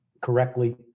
correctly